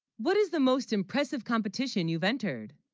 what is the most impressive competition, you've entered